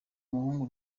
umuhungu